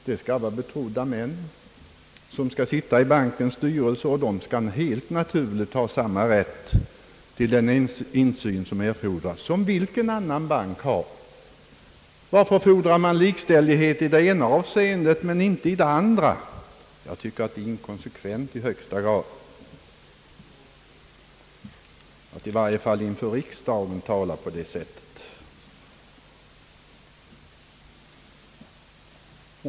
Det skall vara andra betrodda män som skall sitta i bankens styrelse, och de skall helt naturligt ha samma ' rätt till insyn som vilken annan bank har. Varför fordrar man likställighet i det ena avseendet men inte i det andra? Jag tycker att det är inkonsekvent i högsta grad att i varje fall inför riksdagen tala på det sättet.